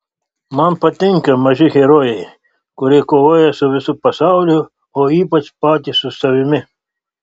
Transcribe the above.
man patinka maži herojai kurie kovoja su visu pasauliu o ypač patys su savimi